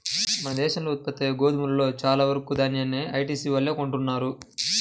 మన దేశంలో ఉత్పత్తయ్యే గోధుమలో చాలా వరకు దాన్యాన్ని ఐటీసీ వాళ్ళే కొంటన్నారు